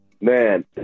Man